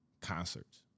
concerts